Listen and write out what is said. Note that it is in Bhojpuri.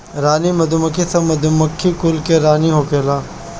रानी मधुमक्खी सब मधुमक्खी कुल के रानी होखेली